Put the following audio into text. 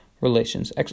relations